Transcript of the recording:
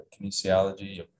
kinesiology